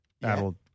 That'll